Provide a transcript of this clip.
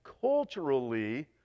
culturally